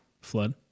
flood